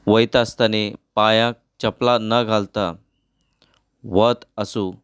वयतासतना तीं पांयाक चपलां न घालता वत आसूं